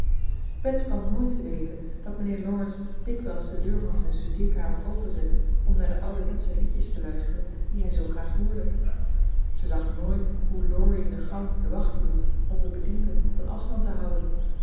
bets kwam nooit te weten dat mijnheer laurence dikwijls de deur van zijn studeerkamer openzette om naar de ouderwetsche liedjes te luisteren die hij zoo graag hoorde ze zag nooit hoe laurie in de gang de wacht hield om de bedienden op een afstand te houden